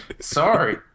Sorry